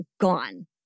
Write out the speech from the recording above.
gone